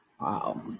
Wow